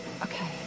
okay